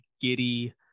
giddy